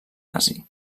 nazi